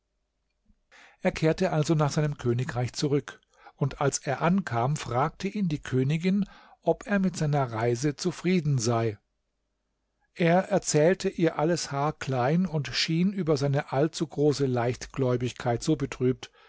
er kehrte also nach seinem königreich zurück und als er ankam fragte ihn die königin ob er mit seiner reise zufrieden sei er erzählte ihr alles haarklein und schien über seine allzu große leichtgläubigkeit so betrübt